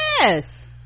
Yes